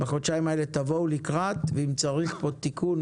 בחודשיים האלו תבואו לקראת ואם צריך פה תיקון